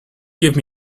give